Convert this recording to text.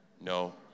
No